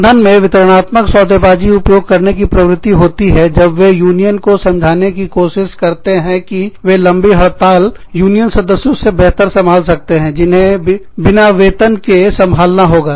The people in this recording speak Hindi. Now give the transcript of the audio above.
प्रबंधन वितरणात्मक सौदेबाजी सौदाकारी उपयोग करने की प्रवृति होती है जब वे यूनियन को समझाने की कोशिश करते हैं कि वे लंबी हड़ताल यूनियन सदस्यों से बेहतर संभाल सकते हैं जिन्हें वेतन के बिना संभालना होगा